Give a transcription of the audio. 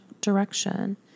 direction